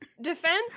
defense